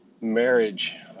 marriage